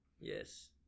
Yes